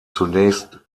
zunächst